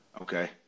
Okay